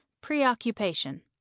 preoccupation